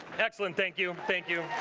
excellent. thank you. thank you.